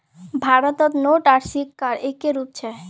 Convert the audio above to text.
भारतत नोट आर सिक्कार एक्के रूप छेक